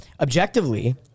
objectively